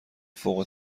فوق